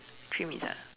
three minutes ah